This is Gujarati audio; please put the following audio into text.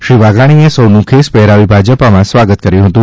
શ્રી વાઘાણીએ સૌનું ખેસ પહેરાવી ભાજપામાં સ્વાગત કર્યુ હતુ